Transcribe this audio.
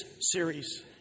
series